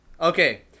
Okay